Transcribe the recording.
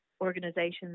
organizations